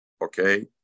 Okay